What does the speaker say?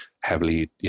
heavily